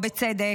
בצדק,